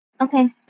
Okay